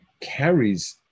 carries